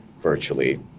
virtually